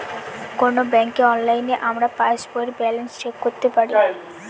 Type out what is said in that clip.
কোনো ব্যাঙ্কে অনলাইনে আমরা পাস বইয়ের ব্যালান্স চেক করতে পারি